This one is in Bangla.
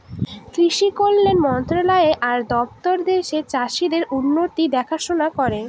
কৃষি কল্যাণ মন্ত্রণালয় আর দপ্তর দেশের চাষীদের উন্নতির দেখাশোনা করে